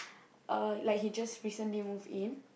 uh like he just recently move in